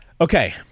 Okay